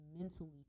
mentally